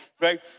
right